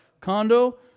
condo